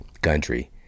Gundry